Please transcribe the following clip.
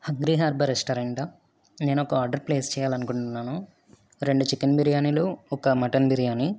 agri harbour రెస్టారెంటా నేను ఒక ఆర్డర్ ప్లేస్ చేయాలి అనుకుంటున్నాను రెండు చికెన్ బిర్యానీలు ఒక మటన్ బిర్యానీ